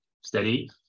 steady